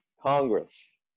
Congress